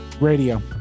Radio